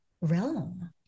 realm